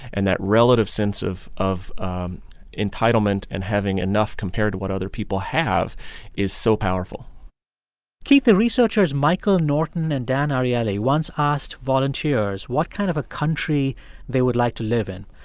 and that relative sense of of um entitlement and having enough compared to what other people have is so powerful keith, the researchers michael norton and dan ariely once asked volunteers what kind of a country they would like to live in.